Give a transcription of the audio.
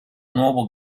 nuovo